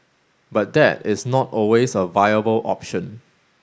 but that is not always a viable option